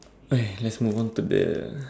okay let's move on to this